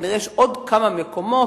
כנראה שיש עוד כמה מקומות,